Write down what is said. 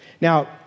Now